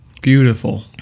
Beautiful